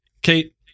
Kate